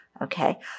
Okay